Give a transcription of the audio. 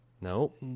Nope